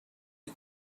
you